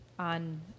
On